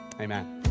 Amen